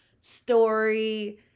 story